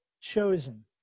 chosen